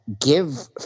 give